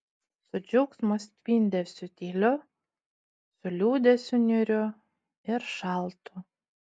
su džiaugsmo spindesiu tyliu su liūdesiu niūriu ir šaltu